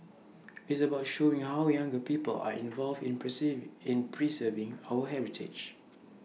it's about showing how younger people are involved in perceive in preserving our heritage